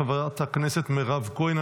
חבר הכנסת מאיר כהן,